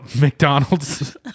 McDonald's